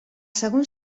segon